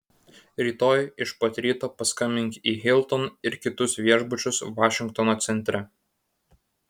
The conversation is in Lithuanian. rytoj iš pat ryto paskambink į hilton ir kitus viešbučius vašingtono centre